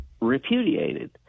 repudiated